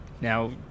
Now